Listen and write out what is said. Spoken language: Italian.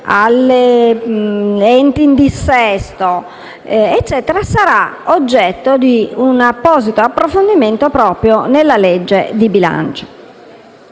degli enti in dissesto sarà invece oggetto di un apposito approfondimento proprio nella legge di bilancio.